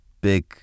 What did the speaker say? big